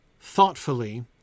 thoughtfully